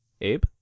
Abe